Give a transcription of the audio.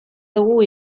dugu